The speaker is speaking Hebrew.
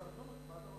הישרדות.